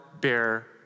bear